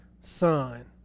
son